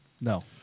No